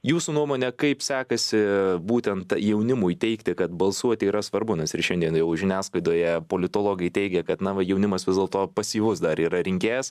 jūsų nuomone kaip sekasi būtent jaunimui teigti kad balsuoti yra svarbu nes ir šiandien jau žiniasklaidoje politologai teigė kad na jaunimas vis dėlto pasyvus dar yra rinkėjas